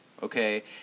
okay